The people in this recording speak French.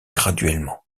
graduellement